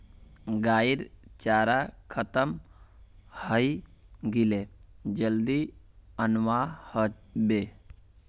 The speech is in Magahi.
गाइर चारा खत्म हइ गेले जल्दी अनवा ह बे